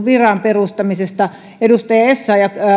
viran perustamisesta edustaja essayah